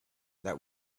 that